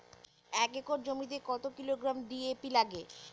এক একর জমিতে কত কিলোগ্রাম ডি.এ.পি লাগে?